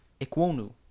Ikwonu